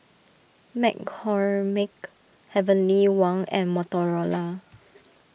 McCormick Heavenly Wang and Motorola